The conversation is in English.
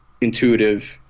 intuitive